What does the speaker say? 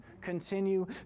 continue